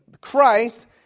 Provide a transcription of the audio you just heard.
Christ